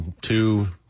two